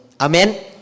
Amen